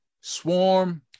swarm